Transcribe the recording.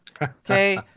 Okay